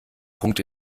punkt